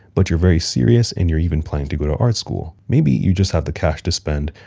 but you're very serious, and you're even planning to go to art school. maybe you just have the cash to spend,